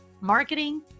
marketing